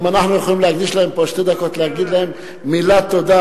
אם אנחנו יכולים להקדיש להם פה שתי דקות ולהגיד להם מילת תודה,